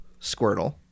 Squirtle